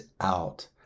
out